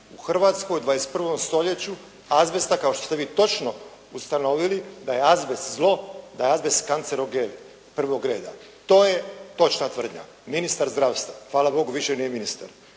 u Hrvatskoj 21. stoljeću, azbesta kao što ste vi točno ustanovili daje azbest zlo, da je azbest kancerogen prvog reda. To je točna tvrdnja, ministar zdravstva hvala Bogu više nije ministar.